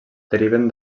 deriven